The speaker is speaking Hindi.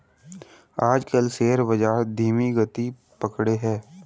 आजकल शेयर बाजार धीमी गति पकड़े हैं